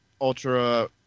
ultra